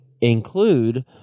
include